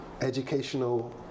educational